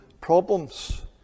problems